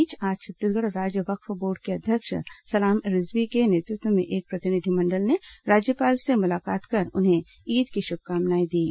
इस बीच आज छत्तीसगढ़ राज्य वक्फ बोर्ड के अध्यक्ष सलाम रिजवी के नेतृत्व में एक प्रतिनिधिमंडल ने राज्यपाल से मुलाकात कर उन्हें ईद की शुभकामनाएं दीं